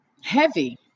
heavy